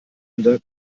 sender